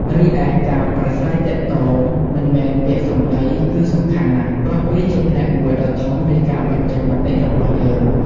រីឯ ការប្រាស្រ័យទាក់ទងមិនមែនពាក្យសំដី គឺសំខាន់ណាស់ ព្រោះវាជាផ្នែកមួយដ៏ធំនៃការបញ្ចេញមតិរបស់យើង។